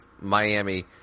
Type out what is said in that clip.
Miami –